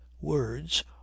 words